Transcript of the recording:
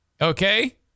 Okay